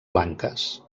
blanques